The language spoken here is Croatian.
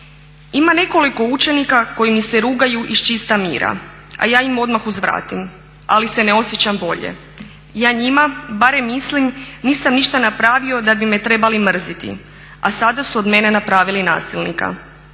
"Ima nekoliko učenika koji mi se rugaju iz čista mira a ja im odmah uzvratim ali se ne osjećam bolje. Ja njima, barem mislim nisam ništa napravio da bi me trebali mrziti a sada su od mene napravili nasilnika.